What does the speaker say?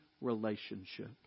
relationship